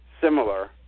similar